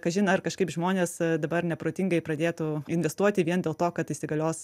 kažin ar kažkaip žmonės dabar neprotingai pradėtų investuoti vien dėl to kad įsigalios